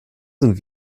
sind